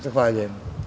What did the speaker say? Zahvaljujem.